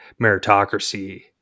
meritocracy